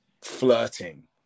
flirting